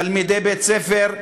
תלמידי בית-ספר,